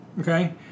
Okay